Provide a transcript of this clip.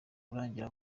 urangira